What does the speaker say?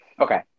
Okay